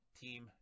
team